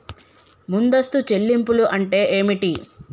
ముందస్తు చెల్లింపులు అంటే ఏమిటి?